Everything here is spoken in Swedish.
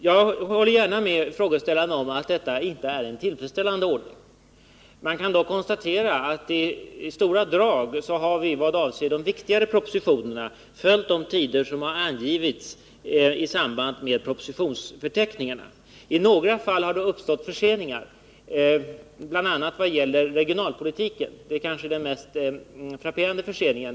Jag håller gärna med frågeställaren om att detta inte är en tillfredsställande ordning. Man kan dock konstatera att i stor utsträckning har vi i vad avser de viktigare propositionerna följt de tider som angivits i propositionsförteckningarna. I några fall har det uppstått förseningar — regionalpolitiken är kanske den mest frapperande förseningen.